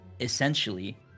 essentially